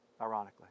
ironically